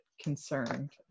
concerned